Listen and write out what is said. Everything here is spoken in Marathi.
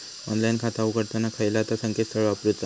ऑनलाइन खाता उघडताना खयला ता संकेतस्थळ वापरूचा?